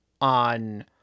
on